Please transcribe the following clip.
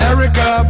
Erica